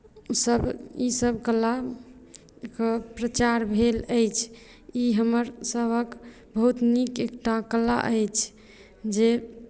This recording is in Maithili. ईसभ ईसभ कलाक प्रचार भेल अछि ई हमरसभक बहुत नीक एकटा कला अछि जे